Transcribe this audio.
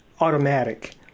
automatic